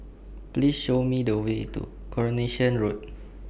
Please Show Me The Way to Coronation Road